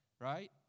Right